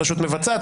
לרשות מבצעת,